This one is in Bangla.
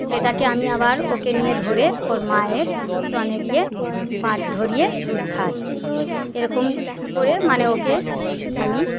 সেটাকে আমি আবার ওকে নিয়ে ধরে ওর মায়ের স্তনে গিয়ে বাঁট ধরিয়ে দুধ খাওয়াচ্ছি এরকম করে মানে ওকে আমি